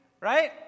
Right